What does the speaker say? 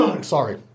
Sorry